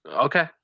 okay